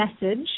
message